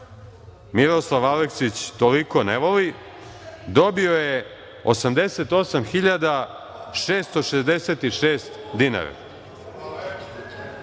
Miroslav Aleksić toliko ne voli, dobio je 88.666 dinara.